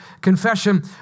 confession